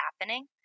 happening